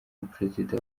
umuperezida